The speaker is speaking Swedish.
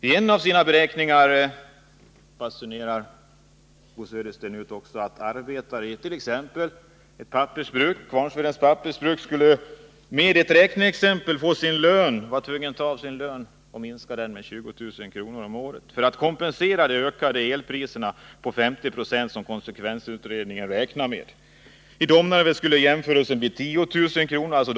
I ett av sina räkneexempel basunerar Bo Södersten ut att var och en av arbetarna på Kvarnsvedens Pappersbruk, om dessa skulle tvingas göra avdrag på sin lön för att kompensera de elprisökningar om 50 26 som konsekvensutredningen räknar med, skulle få minska sin lön med 20 000 kr. om året.